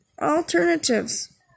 alternatives